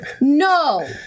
No